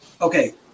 Okay